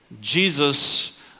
Jesus